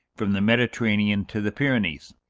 from the mediterranean to the pyrenees.